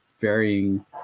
varying